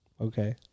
Okay